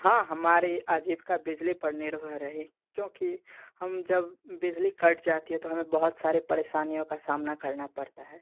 हाँ हमारे आजीविका बिजली पर निर्भर रहे क्योंकि हम जब बिजली कट जाती है तो हमें बहुत सारे परेशानियों का सामना करना पड़ता है